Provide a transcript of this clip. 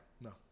No